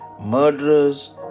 Murderers